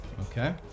Okay